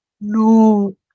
No